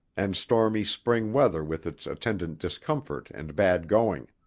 and stormy spring weather with its attendant discomfort and bad going.